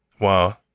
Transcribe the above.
Wow